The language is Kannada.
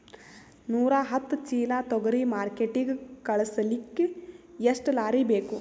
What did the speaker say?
ನೂರಾಹತ್ತ ಚೀಲಾ ತೊಗರಿ ಮಾರ್ಕಿಟಿಗ ಕಳಸಲಿಕ್ಕಿ ಎಷ್ಟ ಲಾರಿ ಬೇಕು?